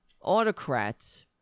autocrats